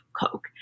Coke